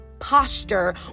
posture